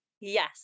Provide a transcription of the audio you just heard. yes